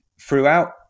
throughout